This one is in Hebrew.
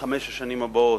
לחמש השנים הבאות,